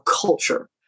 culture